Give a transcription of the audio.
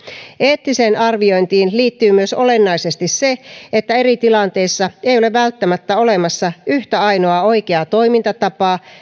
eettiseen arviointiin liittyy myös olennaisesti se että eri tilanteissa ei ole välttämättä olemassa yhtä ainoaa oikeaa toimintatapaa